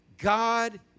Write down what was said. God